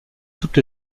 toutes